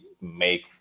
make